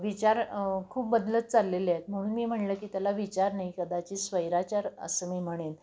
विचार खूप बदलत चाललेले आहेत म्हणून मी म्हणलं की त्याला विचार नाही कदाचित स्वैराचार असं मी म्हणेन